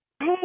Hey